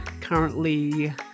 currently